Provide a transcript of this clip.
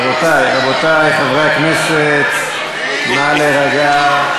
רבותי, רבותי, חברי הכנסת, נא להירגע.